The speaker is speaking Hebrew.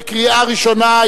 קריאה ראשונה.